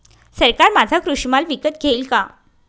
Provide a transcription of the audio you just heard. सरकार माझा कृषी माल विकत घेईल का?